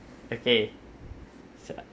okay so